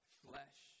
flesh